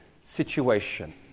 situation